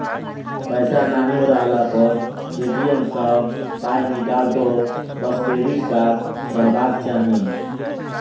पैसा नहियो रहला पर ए.टी.एम सँ पाय निकलतौ बस क्रेडिट कार्ड रहबाक चाही